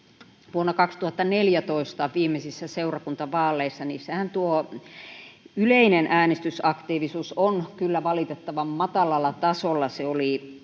Vuonna 2014, viimeisimmissä seurakuntavaaleissa, tuo yleinen äänestysaktiivisuus oli kyllä valitettavan matalalla tasolla. Se oli